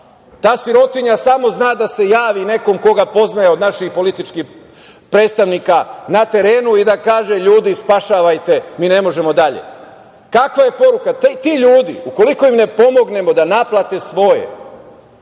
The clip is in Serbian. Ta sirotinja samo zna da se javi nekom koga poznaje od naših političkih predstavnika na terenu i da kaže – ljudi, spašavajte, mi ne možemo dalje. Kakva je poruka? Ti ljudi, ukoliko im ne pomognemo da naplate svoje